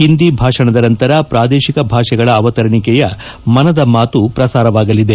ಹಿಂದಿ ಭಾಷಣದ ನಂತರ ಪ್ರಾದೇಶಿಕ ಭಾಷೆಗಳ ಅವತರಣಿಕೆಯ ಮನದ ಮಾತು ಪ್ರಸಾರವಾಗಲಿದೆ